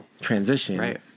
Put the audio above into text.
transition